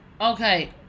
Okay